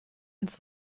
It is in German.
ins